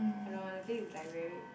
I don't know the place is like very